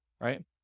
right